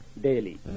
daily